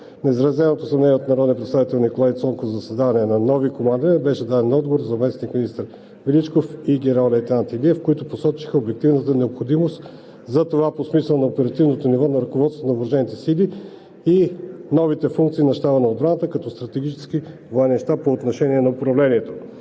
представител Николай Цонков за създаването на новите командвания беше даден отговор от заместник-министър Величков и генерал-лейтенант Илиев, които посочиха обективната необходимост за това по смисъл на оперативното ниво на ръководство на въоръжените сили и новите функции на щаба на отбраната като стратегически военен щаб по отношение на управлението.